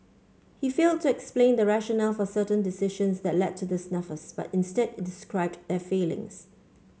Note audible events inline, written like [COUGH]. he failed to explain the rationale for certain decisions that led to the snafus but instead [UNINTELLIGIBLE] described their failings